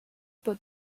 put